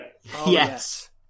Yes